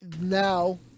Now